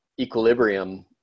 equilibrium